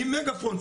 עם מגפון,